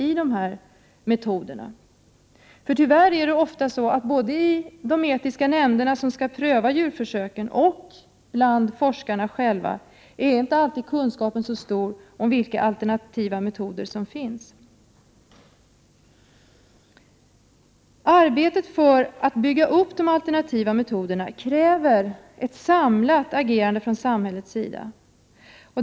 Tyvärr är det ofta så att kunskapen om vilka alternativa metoder som finns inte alltid är så stor vare sig i de etiska nämnderna som skall pröva djurförsök eller bland forskarna själva. Arbetet för att bygga upp de alternativa metoderna kräver ett samlat agerande från samhällets sida.